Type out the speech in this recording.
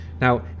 Now